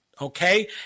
okay